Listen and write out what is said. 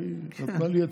היא נתנה לי עצה.